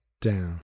down